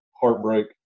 heartbreak